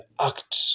act